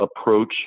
approach